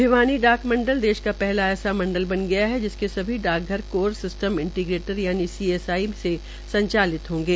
भिवानी डाक मंडल देश का पहला ऐसा मंडल बन गया है जिसके सभी डाकघर कोर सिस्टम इंटीग्रटिड यानि सीएसआई से संचालित होंगे